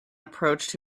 approached